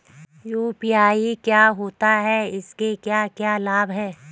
UPI क्या होता है इसके क्या क्या लाभ हैं?